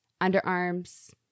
underarms